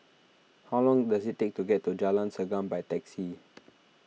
how long does it take to get to Jalan Segam by taxi